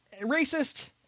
racist